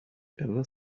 ever